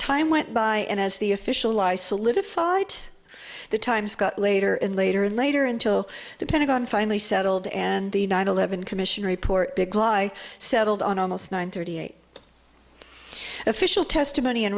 time went by and as the official isolated fied the times got later and later and later until the pentagon finally settled and the nine eleven commission report big lie settled on almost nine thirty eight official testimony